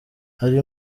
ari